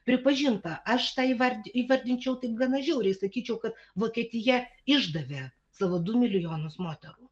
pripažinta aš tą įvard įvardinčiau taip gana žiauriai sakyčiau kad vokietija išdavė savo du milijonus moterų